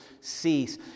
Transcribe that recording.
cease